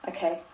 Okay